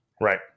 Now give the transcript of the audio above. right